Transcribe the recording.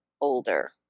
older